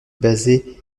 basée